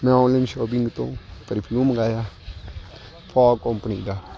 ਮੈਂ online shopping ਤੋਂ perfume ਮੰਗਵਾਇਆ ਫੋਗ ਕੋਂਪਣੀ ਦਾ